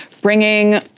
bringing